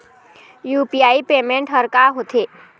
UPI payment हर का होते?